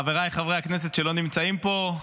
חבריי חברי הכנסת, שלא נמצאים פה,